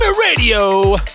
Radio